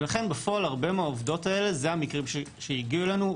לכן בפועל אלה המקרים שהגיעו לנו,